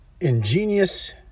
Ingenious